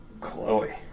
Chloe